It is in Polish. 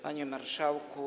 Panie Marszałku!